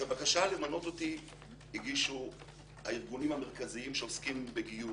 את הבקשה למנות אותי הגישו הארגונים המרכזיים שעוסקים בגיור,